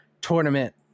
tournament